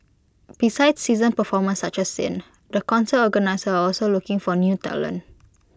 besides seasoned performers such as sin the concert organisers are also looking for new talent